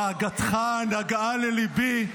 דאגתך נגעה לליבי,